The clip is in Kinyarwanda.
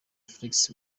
felix